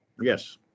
Yes